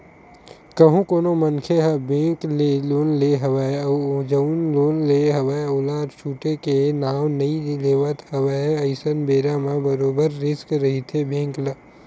कहूँ कोनो मनखे ह बेंक ले लोन ले हवय अउ जउन लोन ले हवय ओला छूटे के नांव नइ लेवत हवय अइसन बेरा म बरोबर रिस्क रहिथे बेंक ल